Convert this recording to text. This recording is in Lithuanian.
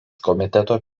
komiteto